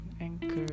anchor